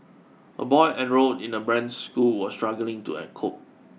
a boy enrolled in a branded school was struggling to an cope